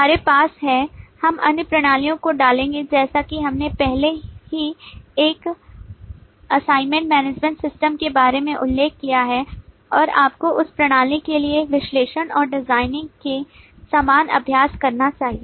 हमारे पास है हम अन्य प्रणालियों को डालेंगे जैसे कि हमने पहले ही एक असाइनमेंट मैनेजमेंट सिस्टम के बारे में उल्लेख किया है और आपको उस प्रणाली के लिए विश्लेषण और डिजाइनिंग के समान अभ्यास करना चाहिए